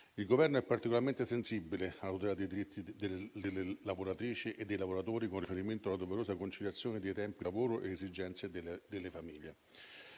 Il Governo è particolarmente sensibile alla tutela dei diritti delle lavoratrici e dei lavoratori con riferimento alla doverosa conciliazione dei tempi di lavoro con le esigenze delle famiglie.